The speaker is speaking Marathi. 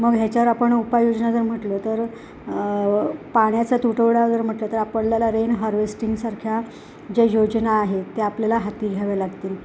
मग ह्याच्यावर आपण उपाययोजना जर म्हटलं तर पाण्याचा तुटवडा जर म्हटलं तर आपनल्याला रेन हार्वेस्टिंग सारख्या ज्या योजना आहेत ते आपल्याला हाती घ्याव्या लागतील